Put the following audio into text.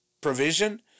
provision